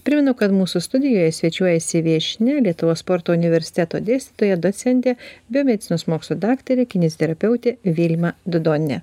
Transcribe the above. primenu kad mūsų studijoje svečiuojasi viešnia lietuvos sporto universiteto dėstytoja docentė biomedicinos mokslų daktarė kineziterapeutė vilma dudonienė